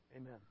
Amen